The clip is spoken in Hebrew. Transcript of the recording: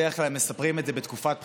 בדרך כלל הם מספרים את זה בתקופת בחירות,